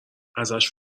ازش